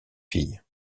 fille